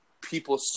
people